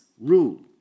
rule